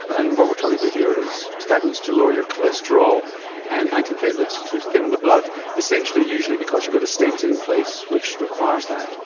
and what we're talking about here is statins to lower your cholesterol and anti-platelets to thin the blood essentially usually because you've got a stent in place which requires that.